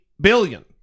billion